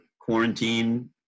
quarantine